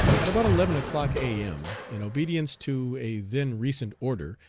at about eleven o'clock a m, in obedience to a then recent order,